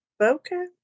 okay